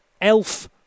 Elf